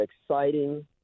exciting